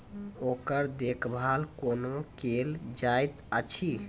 ओकर देखभाल कुना केल जायत अछि?